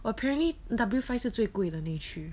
apparently W five 是最贵内区